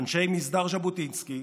אנשי מסדר ז'בוטינסקי,